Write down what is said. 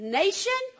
nation